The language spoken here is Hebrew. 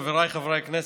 חבריי חברי הכנסת,